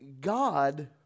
God